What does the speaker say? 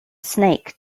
snake